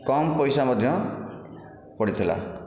କମ ପଇସା ମଧ୍ୟ ପଡ଼ିଥିଲା